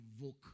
invoke